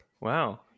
wow